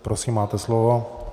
Prosím, máte slovo.